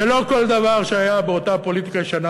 ולא כל דבר שהיה באותה פוליטיקה ישנה